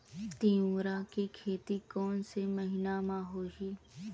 तीवरा के खेती कोन से महिना म होही?